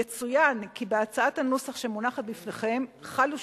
יצוין כי בהצעת הנוסח שמונחת בפניכם חלו